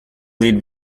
lead